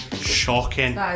Shocking